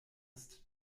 ist